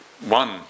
one